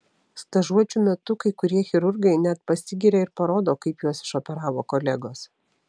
stažuočių metu kai kurie chirurgai net pasigiria ir parodo kaip juos išoperavo kolegos